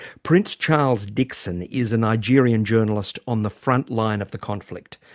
prince charles dickson is a nigerian journalist on the frontline of the conflict.